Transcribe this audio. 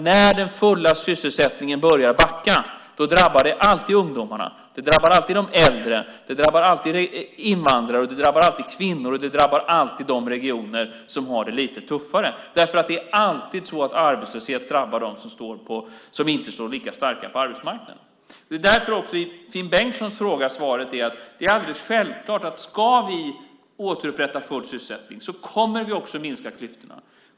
När den fulla sysselsättningen börjar backa drabbar det alltid ungdomarna, de äldre, invandrare, kvinnor och de regioner som har det lite tuffare. Det är alltid så att arbetslöshet drabbar dem som inte står lika starka på arbetsmarknaden. Det är därför svaret på Finn Bengtsson fråga är att det är alldeles självklart att om vi ska återupprätta full sysselsättning så kommer vi också att minska klyftorna.